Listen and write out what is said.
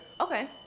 Okay